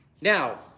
now